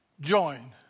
Join